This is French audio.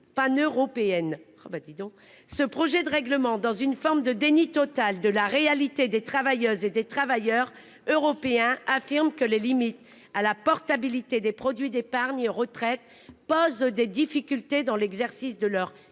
ben dis donc ce projet de règlement dans une forme de déni total de la réalité des travailleuses et des travailleurs européens affirment que les limites à la portabilité des produits d'épargne retraite pose des difficultés dans l'exercice de leurs